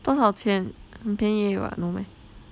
多少钱很便宜而已 [what] no meh